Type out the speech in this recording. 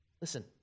Listen